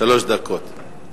שלוש דקות.